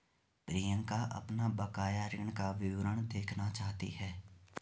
प्रियंका अपना बकाया ऋण का विवरण देखना चाहती है